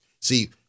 See